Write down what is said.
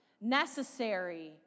necessary